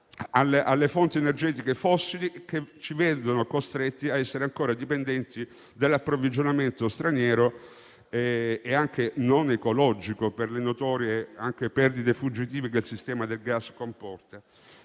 alle fonti energetiche fossili, che ci vedono costretti a essere ancora dipendenti dall'approvvigionamento straniero e anche non ecologico, per le notorie perdite che il sistema del gas comporta.